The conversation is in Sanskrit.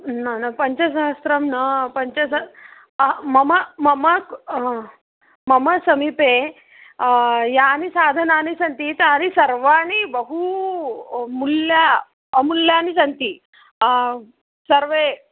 न न पञ्चसहस्रं न पञ्चस मम मम किं मम समीपे यानि साधनानि सन्ति तानि सर्वाणि बहु मौल्यानि अमूल्यानि सन्ति सर्वाणि